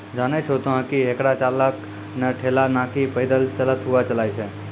जानै छो तोहं कि हेकरा चालक नॅ ठेला नाकी पैदल चलतॅ हुअ चलाय छै